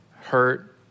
hurt